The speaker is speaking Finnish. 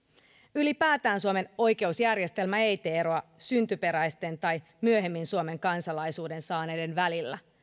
ylipäätään suomen oikeusjärjestelmä ei tee eroa syntyperäisten tai myöhemmin suomen kansalaisuuden saaneiden välillä